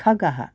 खगः